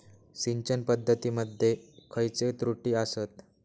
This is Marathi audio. सिंचन पद्धती मध्ये खयचे त्रुटी आसत?